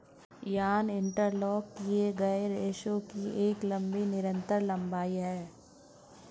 yarn interlock किए गए रेशों की एक लंबी निरंतर लंबाई है